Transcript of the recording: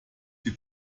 die